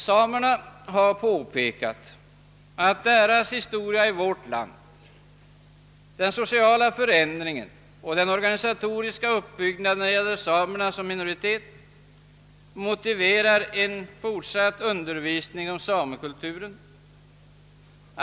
Samerna har påpekat att deras historia i vårt land — den sociala förändringen och den organisatoriska uppbyggnaden när det gäller samerna som minoritet — motiverar en fortsatt undervisning om samekulturen.